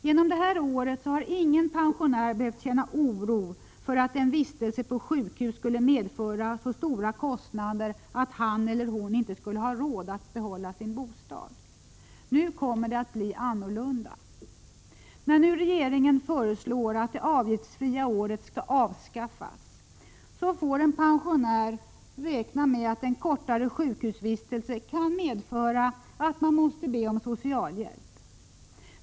Genom att detta fria år har funnits har ingen pensionär behövt känna oro för att en vistelse på sjukhus skulle medföra så stora kostnader att han eller hon inte skulle ha råd att behålla sin bostad. Nu kommer det att bli annorlunda. När nu regeringen föreslår att det avgiftsfria året skall avskaffas får en pensionär räkna med att en kortare sjukhusvistelse kan medföra att hon eller han måste be om socialhjälp.